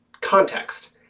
context